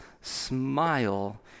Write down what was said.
smile